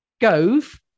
Gove